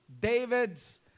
David's